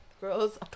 girls